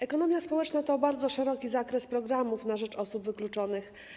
Ekonomia społeczna to bardzo szeroki zakres programów na rzecz osób wykluczonych.